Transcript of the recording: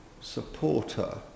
supporter